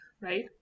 right